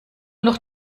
noch